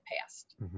past